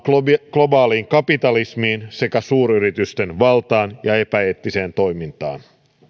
globaaliin kapitalismiin sekä suuryritysten valtaan ja epäeettiseen toimintaan